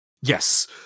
Yes